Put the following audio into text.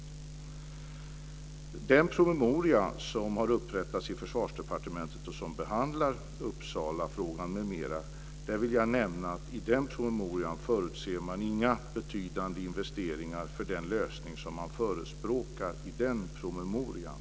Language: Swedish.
I den promemoria som har upprättats i Försvarsdepartementet och där Uppsalafrågan m.m. behandlas vill jag nämna att man inte förutser några betydande investeringar för den lösning som man förespråkar i promemorian.